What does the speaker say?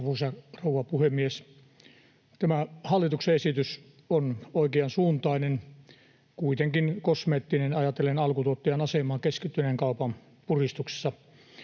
Arvoisa rouva puhemies! Tämä hallituksen esitys on oikean suuntainen, kuitenkin kosmeettinen ajatellen alkutuottajan asemaa keskittyneen kaupan puristuksessa.